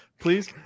please